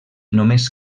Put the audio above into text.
només